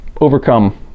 overcome